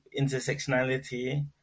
intersectionality